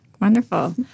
Wonderful